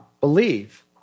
believe